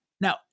Now